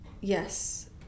Yes